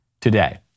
today